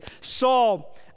Saul